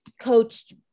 coached